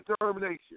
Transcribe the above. determination